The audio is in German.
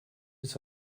ist